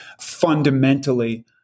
Fundamentally